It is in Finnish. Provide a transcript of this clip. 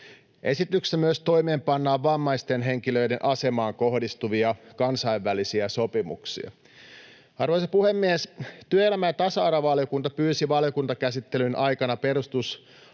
Esityksessä myös toimeenpannaan vammaisten henkilöiden asemaan kohdistuvia kansainvälisiä sopimuksia. Arvoisa puhemies! Työelämä- ja tasa-arvovaliokunta pyysi valiokuntakäsittelyn aikana